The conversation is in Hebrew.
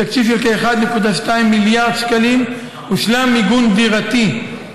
בתקציב של כ-1.2 מיליארד שקלים הושלם מיגון דירתי,